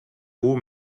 kuu